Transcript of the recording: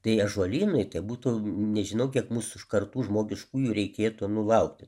tai ąžuolynui tai būtų nežinau kiek mūsų iš kartų žmogiškųjų reikėtų nu laukti